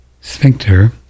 sphincter